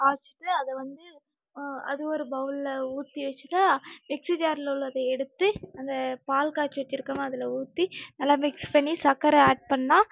காய்ச்சிட்டு அதை வந்து அது ஒரு பௌலில் ஊற்றி வச்சுட்டா மிக்ஸி ஜாரில் உள்ளதை எடுத்து அந்த பால் காய்ச்சி வச்சுருக்கமே அதில் ஊற்றி நல்லா மிக்ஸ் பண்ணி சர்க்கர ஆட் பண்ணிணா